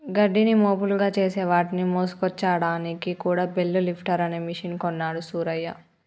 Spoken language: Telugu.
గడ్డిని మోపులుగా చేసి వాటిని మోసుకొచ్చాడానికి కూడా బెల్ లిఫ్టర్ అనే మెషిన్ కొన్నాడు సూరయ్య